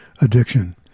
addiction